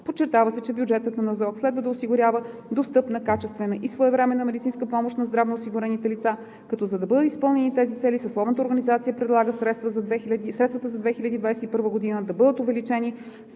Подчертава се, че бюджетът на НЗОК следва да осигурява достъпна, качествена и своевременна медицинска помощ на здравноосигурените лица, като за да бъдат изпълнени тези цели съсловната организация предлага средствата за 2021 г. да бъдат увеличени